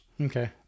Okay